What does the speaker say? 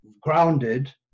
grounded